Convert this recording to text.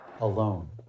alone